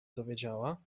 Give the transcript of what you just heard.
dowiedziała